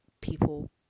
people